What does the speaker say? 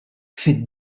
fid